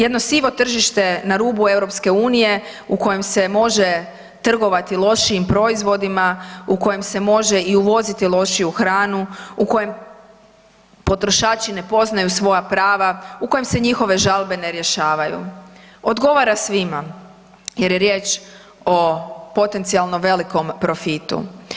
Jedno sivo tržište na rubu EU u kojem se može trgovati lošijim proizvodima, u kojem se može i uvoziti lošiju hranu, u kojem potrošači ne poznaju svoja prava, u kojem se njihove žalbe ne rješavaju, odgovara svima jer je riječ o potencijalno velikom profitu.